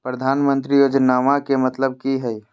प्रधानमंत्री योजनामा के मतलब कि हय?